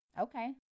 Okay